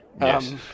Yes